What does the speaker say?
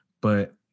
But-